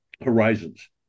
horizons